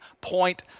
point